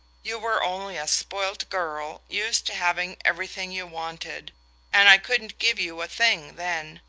you were only a spoilt girl, used to having everything you wanted and i couldn't give you a thing then,